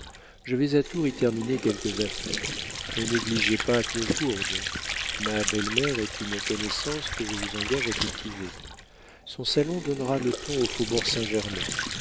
je vais à tours y terminer quelques affaires ne négligez pas clochegourde ma belle-mère est une connaissance que je vous engage à cultiver son salon donnera le ton au faubourg saint-germain